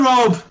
Rob